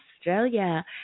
Australia